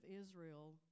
Israel